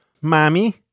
Mommy